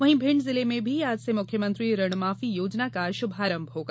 वहीं भिंड जिले में भी आज से मुख्यमंत्री ऋणमाफी योजना का शुभारंभ होगा